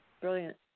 Brilliant